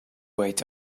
wait